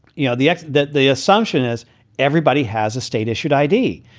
you know, the that the assumption is everybody has a state issued i d.